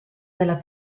della